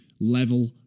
level